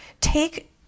take